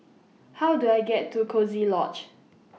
How Do I get to Coziee Lodge